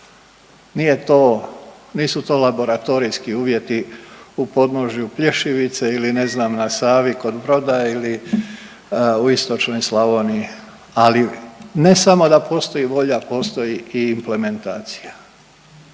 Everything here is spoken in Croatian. nisu to laboratorijski uvjeti u podnožju Plješivice ili ne znam na Savi kod Broda ili u istočnoj Slavoniji, ali ne samo da postoji volja, postoji i implementacija.